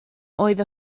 oedd